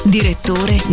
Direttore